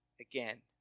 again